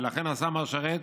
ולכן עשה מר שרת,